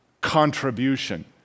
contribution